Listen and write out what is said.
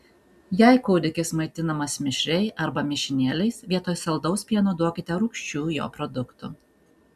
jei kūdikis maitinamas mišriai arba mišinėliais vietoj saldaus pieno duokite rūgščių jo produktų